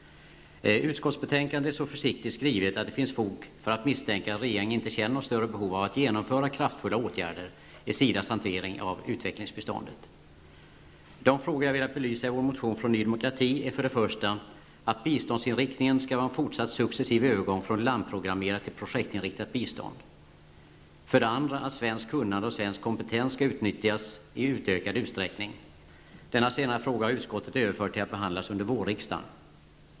Utskottsbetänkandet är så försiktigt skrivet att det finns fog för att misstänka att regeringen inte känner något större behov av att genomföra kraftfulla åtgärder i SIDAs hantering av utvecklingbiståndet. De siffror jag velat belysa i vår motion från Ny Demokrati är för det första att biståndsinriktningen skall vara en fortsatt succsesiv övergång från landprogrammerat till projektinriktat bistånd, för det andra att svenskt kunnande och svenskt kompetens skall utnyttjas i utökad utsträckning -- denna senare fråga har utskottet överfört till att behandlas under vårriksdagen.